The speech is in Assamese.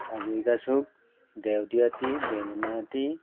হাজৰিকা চুক দেউদী আটী বেঙেনা আটী